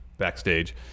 backstage